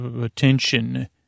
attention